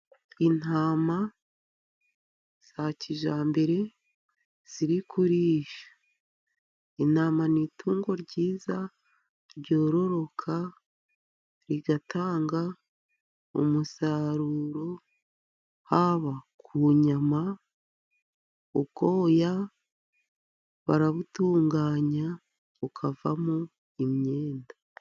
Intama za kijyambere ziri kurisha, intama ni itungo ryiza ryororoka rigatanga umusaruro haba ku nyama ubwoya barabutunganya bukavamo imyenda.